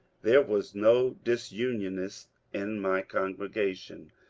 there was no disunionist in my congregation,